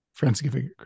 Friendsgiving